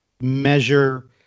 measure